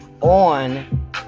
on